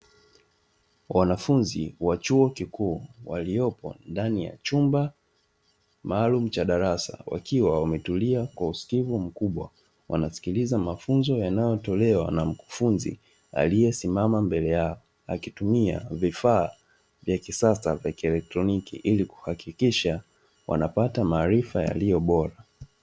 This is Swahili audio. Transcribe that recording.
Wanafunzi wa chuo kikuu waliopo ndani ya chumba maalumu cha darasa wakiwa wametulia kwa usikivu mkubwa wanasikiliza mafunzo yanayotolewa na mkufunzi aliyesimama mbele yao akitumia vifaa vya kisasa vya electronic ili kuhakikisha wanapata maarifa yaliyo bora.